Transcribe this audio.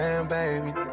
Baby